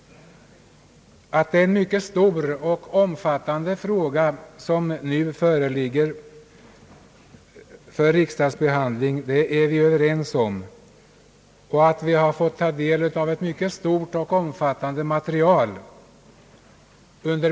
Att det är en mycket stor och omfattande fråga som nu föreligger för riksdagsbehandling är vi överens om, och vi har inom utskottet fått ta del av ett mycket stort och omfattande material.